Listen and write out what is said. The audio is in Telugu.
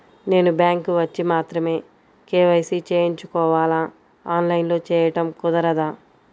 నేను బ్యాంక్ వచ్చి మాత్రమే కే.వై.సి చేయించుకోవాలా? ఆన్లైన్లో చేయటం కుదరదా?